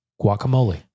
guacamole